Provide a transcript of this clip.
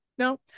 No